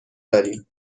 داریم